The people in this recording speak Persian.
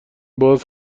باز